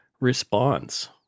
response